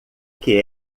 que